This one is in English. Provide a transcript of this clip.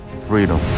freedom